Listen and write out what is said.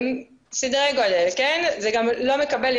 סדרי גודל, כן, לא מקבל.